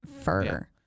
fur